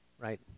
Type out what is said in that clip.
right